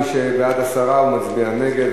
מי שבעד הסרה, מצביע נגד.